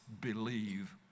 believe